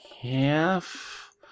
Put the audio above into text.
half